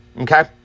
Okay